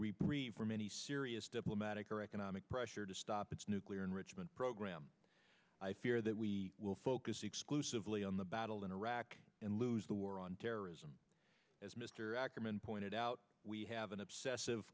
reprieve from any serious diplomatic or economic pressure to stop its nuclear enrichment program i fear that we will focus exclusively on the battle in iraq and lose the war on terrorism as mr ackerman pointed out we have an obsessive